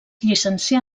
llicencià